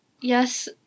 Yes